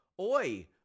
oi